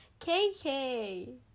KK